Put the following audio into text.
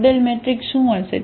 model matrix શું હશે